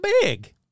big